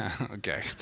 Okay